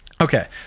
Okay